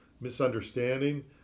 misunderstanding